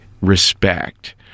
respect